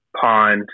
pond